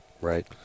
Right